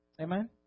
Amen